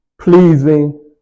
pleasing